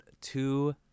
two